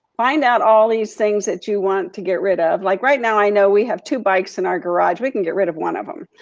find out all these things that you want to get rid of. like right now i know we have two bikes in our garage. we can get rid of one of them.